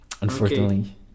unfortunately